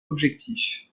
objectif